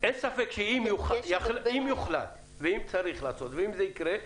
אם יוחלט ואם צריך לעשות ואם זה יקרה,